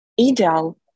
ideal